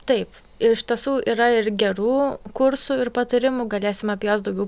taip iš tiesų yra ir gerų kursų ir patarimų galėsime apie juos daugiau